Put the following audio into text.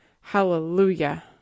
Hallelujah